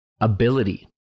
ability